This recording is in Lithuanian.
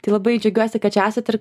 tai labai džiaugiuosi kad čia esat ir